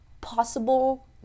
possible